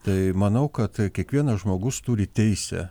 tai manau kad kiekvienas žmogus turi teisę